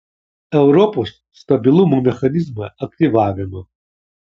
europos stabilumo mechanizmo aktyvavimo